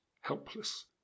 helpless